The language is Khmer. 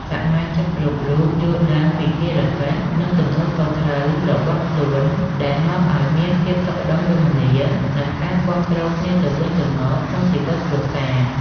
សមាជិកគ្រប់រូបយល់ដឹងពីភារកិច្ច និងទំនួលខុសត្រូវរបស់ខ្លួន ដែលនាំឲ្យមានភាពសុខដុមរមនា និងការគាំទ្រគ្នាទៅវិញទៅមកក្នុងជីវិតគ្រួសារ។